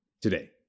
Today